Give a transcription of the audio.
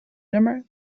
nummer